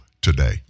today